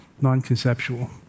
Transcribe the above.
non-conceptual